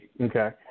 Okay